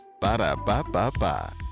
Ba-da-ba-ba-ba